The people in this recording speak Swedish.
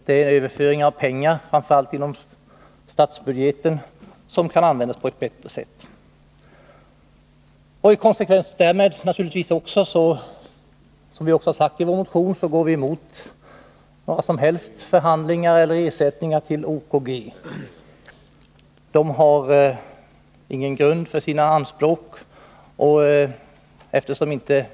Det skulle vara att föra över pengar från statsbudgeten som kunde användas på ett bättre sätt. I konsekvens härmed går vi, som vi också framhållit i vår motion, emot att förhandlingar upptas med eller ersättning utges till OKG. Bolaget har ingen grund för sina anspråk.